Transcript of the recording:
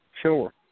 sure